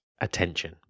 attention